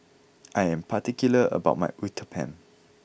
I am particular about my Uthapam